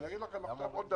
אני אגיד לכם עוד דבר,